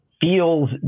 feels